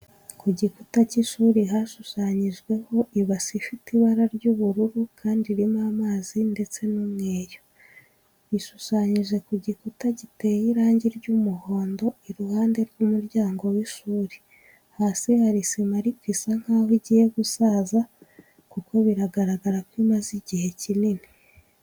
Ku gikuta cy'ishuri hashushanyijeho ibase ifite ibara ry'ubururu kandi irimo amazi ndetse n'umweyo. Bishushanyije ku gikuta giteye irangi ry'umuhondo, iruhande rw'umuryango w'ishuri. Hasi hari sima ariko isa nkaho igiye gusaza kuko biragaragara ko imaze igihe kinini.